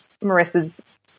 Marissa's